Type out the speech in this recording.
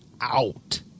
out